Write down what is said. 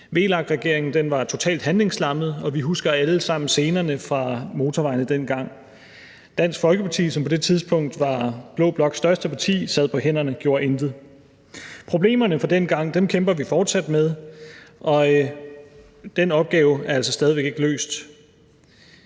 Venstreregeringen var totalt handlingslammet, og vi husker alle sammen scenerne fra motorvejene dengang. Dansk Folkeparti, som på det tidspunkt var blå bloks største parti, sad på hænderne og gjorde intet. Problemerne fra dengang kæmper vi fortsat med, og den opgave er altså stadig væk ikke løst.